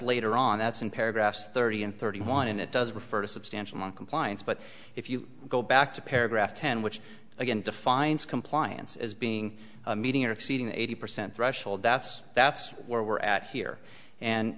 later on that's an paragraphs thirty and thirty one and it does refer to substantial noncompliance but if you go back to paragraph ten which again defines compliance as being a meeting or exceeding eighty percent threshold that's that's where we're at here and